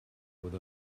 with